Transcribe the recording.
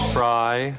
Fry